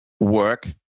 work